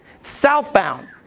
Southbound